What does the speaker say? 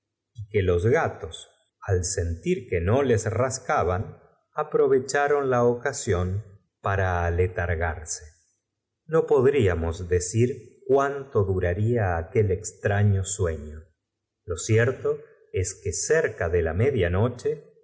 y que los gatos al sentir que no les rascaban aprovecharon la ocasión para aletargarse no podríamos decir cuánto duraría aquel extraño sueño lo cierto es que cerca de la